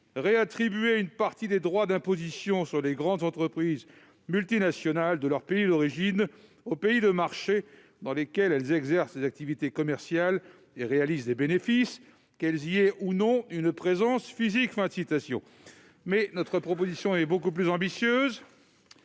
réattribuer une partie des droits d'imposition sur les grandes entreprises multinationales de leur pays d'origine aux marchés dans lesquels elles exercent des activités commerciales et réalisent des bénéfices, qu'elles y aient ou non une présence physique. » Mais notre proposition, beaucoup plus ambitieuse,